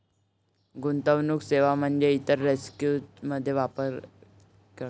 गुंतवणूक सेवा म्हणजे इतर सिक्युरिटीज मध्ये व्यापार करणे